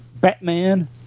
Batman